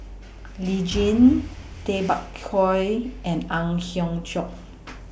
Lee Tjin Tay Bak Koi and Ang Hiong Chiok